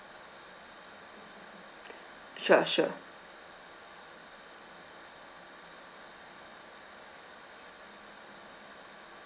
sure sure